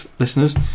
listeners